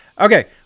Okay